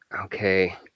okay